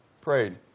prayed